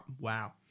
Wow